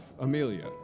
Amelia